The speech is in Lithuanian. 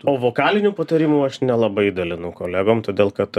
o vokalinių patarimų aš nelabai dalinu kolegom todėl kad